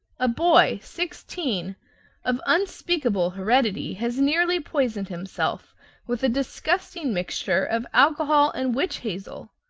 a boy sixteen of unspeakable heredity has nearly poisoned himself with a disgusting mixture of alcohol and witch hazel.